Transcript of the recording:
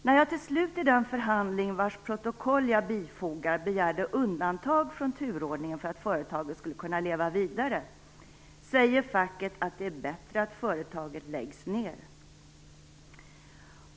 När jag till slut i den förhandling, vars protokoll jag bifogar, begärde undantag från turordningen för att företaget skulle kunna leva vidare, säger facket att det är bättre att företaget läggs ned."